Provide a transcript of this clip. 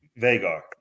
Vagar